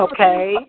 Okay